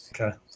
Okay